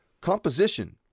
composition